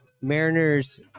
Mariners